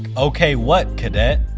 okay what, cadet?